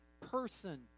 person